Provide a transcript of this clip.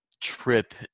trip